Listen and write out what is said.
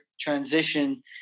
transition